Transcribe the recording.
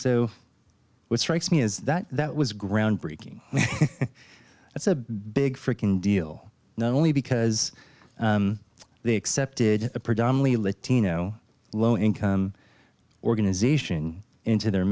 so what strikes me is that that was groundbreaking that's a big deal not only because they accepted a predominately latino low income organization into their